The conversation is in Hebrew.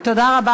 תודה, גברתי.